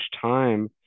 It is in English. time